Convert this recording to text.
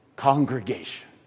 congregation